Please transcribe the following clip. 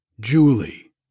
Julie